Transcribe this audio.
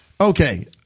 Okay